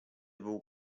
był